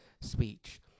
speech